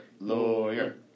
lawyer